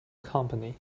company